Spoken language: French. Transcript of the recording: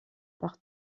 par